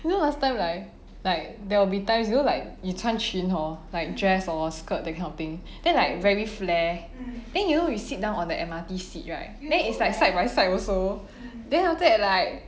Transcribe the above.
you know last time like like there will be times you know like 你穿裙 hor like dress or a skirt that kind of thing then like very flare then you know you sit down on the M_R_T seat right then it's like side by side also then after that like